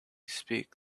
speak